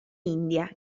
india